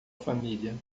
família